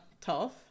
tough